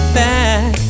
back